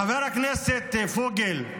חבר הכנסת פוגל,